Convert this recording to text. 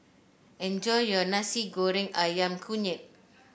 enjoy your Nasi Goreng ayam kunyit